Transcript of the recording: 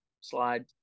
slide